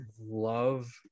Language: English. love